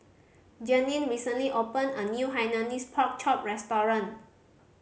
Jeanine recently opened a new Hainanese Pork Chop restaurant